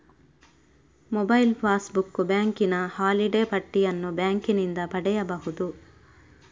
mobile passbook, ಬ್ಯಾಂಕಿನ holiday ಪಟ್ಟಿಯನ್ನು ಬ್ಯಾಂಕಿನಿಂದ ಪಡೆಯಬಹುದು